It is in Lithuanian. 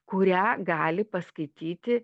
kurią gali paskaityti